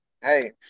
hey